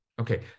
Okay